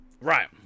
right